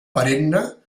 perenne